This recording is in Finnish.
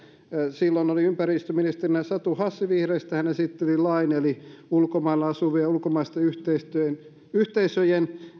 silloin oli ympäristöministerinä satu hassi vihreistä hän esitteli lain ulkomailla asuvien ja ulkomaisten yhteisöjen